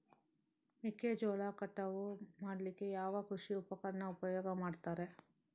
ಮೆಕ್ಕೆಜೋಳ ಕಟಾವು ಮಾಡ್ಲಿಕ್ಕೆ ಯಾವ ಕೃಷಿ ಉಪಕರಣ ಉಪಯೋಗ ಮಾಡ್ತಾರೆ?